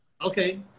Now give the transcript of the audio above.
okay